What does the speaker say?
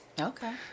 Okay